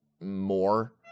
more